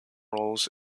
roles